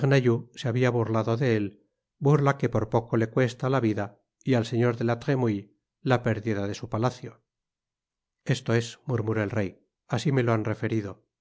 se habia burlado de él burla que por poco le cuesta la vida y al señor de la tremouille la pérdida de su palacio esto es murmuró el rey asi melo han referido